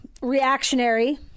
reactionary